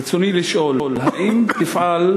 רצוני לשאול: 1. האם תפעל,